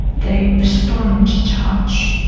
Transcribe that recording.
they respond to touch,